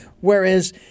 Whereas